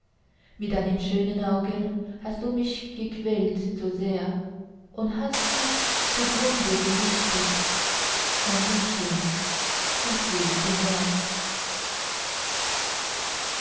mit deinen schönen augen hast du mich gequält so sehr und hast mich zugrunde gerichtet mein liebchen was willst du mehr